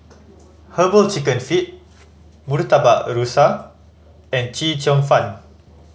Herbal Chicken Feet Murtabak Rusa and Chee Cheong Fun